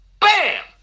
Bam